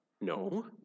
No